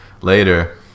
later